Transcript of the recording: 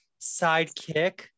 sidekick